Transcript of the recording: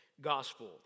gospel